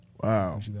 wow